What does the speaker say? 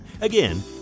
Again